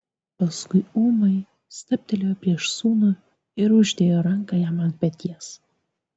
paskui ūmai stabtelėjo prieš sūnų ir uždėjo ranką jam ant peties